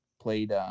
played